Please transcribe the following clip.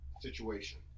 situation